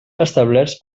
establerts